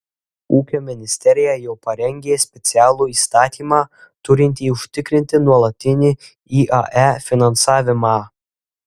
ūkio ministerija jau parengė specialų įstatymą turintį užtikrinti nuolatinį iae finansavimą